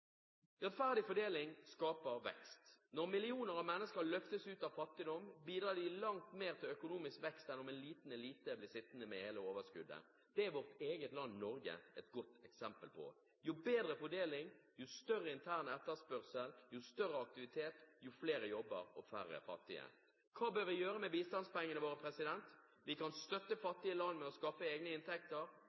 mennesker løftes ut av fattigdom, bidrar de langt mer til økonomisk vekst enn om en liten elite blir sittende med hele overskuddet. Det er vårt eget land, Norge, et godt eksempel på. Jo bedre fordeling, jo større intern etterspørsel, jo større aktivitet, jo flere jobber og færre fattige. Hva bør vi gjøre med bistandspengene våre? Vi kan støtte fattige land med å skaffe egne inntekter,